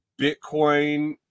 Bitcoin